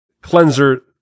cleanser